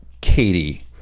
Katie